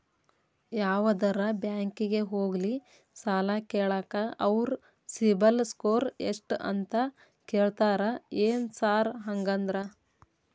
ಯಾವದರಾ ಬ್ಯಾಂಕಿಗೆ ಹೋಗ್ಲಿ ಸಾಲ ಕೇಳಾಕ ಅವ್ರ್ ಸಿಬಿಲ್ ಸ್ಕೋರ್ ಎಷ್ಟ ಅಂತಾ ಕೇಳ್ತಾರ ಏನ್ ಸಾರ್ ಹಂಗಂದ್ರ?